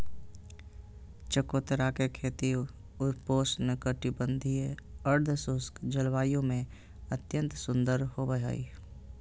चकोतरा के खेती उपोष्ण कटिबंधीय, अर्धशुष्क जलवायु में अत्यंत सुंदर होवई हई